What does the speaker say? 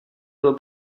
byl